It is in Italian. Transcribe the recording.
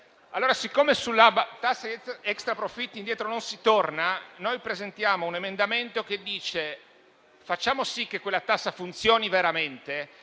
Siccome sulla norma extraprofitti indietro non si torna, noi presentiamo un emendamento che propone di far sì che quella tassa funzioni veramente,